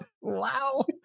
Wow